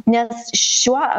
nes šiuo